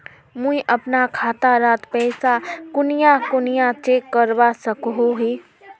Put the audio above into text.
मुई अपना खाता डात पैसा कुनियाँ कुनियाँ चेक करवा सकोहो ही?